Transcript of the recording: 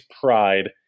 pride